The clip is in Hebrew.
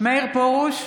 מאיר פרוש,